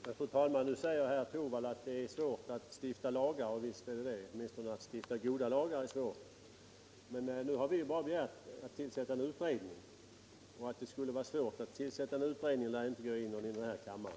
Fru talman! Nu säger herr Torwald att det är svårt att stifta lagar, och visst är det det. Åtminstone att stifta goda lagar är svårt. Men nu har vi ju bara begärt att man skall tillsätta en utredning, och att det skulle vara svårt att tillsätta en utredning lär inte gå i någon i den här kammaren.